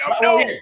No